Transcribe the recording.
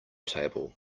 table